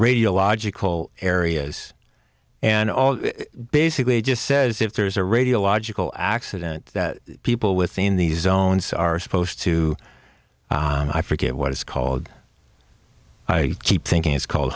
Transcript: radiological areas and basically just says if there's a radiological accident that people within the zones are supposed to i forget what it's called i keep thinking it's called